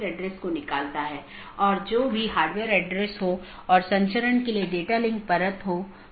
हम देखते हैं कि N1 R1 AS1 है यह चीजों की विशेष रीचाबिलिटी है